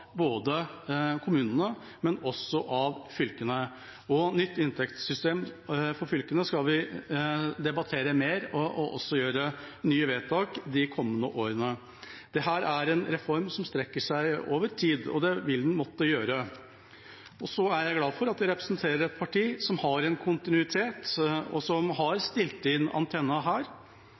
både kommunene og fylkene. Nytt inntektssystem for fylkene skal vi debattere mer og også gjøre nye vedtak for de kommende årene. Dette er en reform som strekker seg over tid, og det vil den måtte gjøre. Så er jeg glad for å representere et parti som har en kontinuitet, og som har stilt inn antennen her.